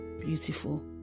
Beautiful